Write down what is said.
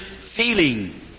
feeling